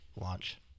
launch